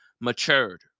matured